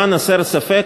למען הסר ספק,